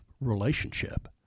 relationship